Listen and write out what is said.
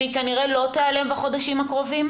והיא כנראה לא תיעלם בחודשים הקרובים.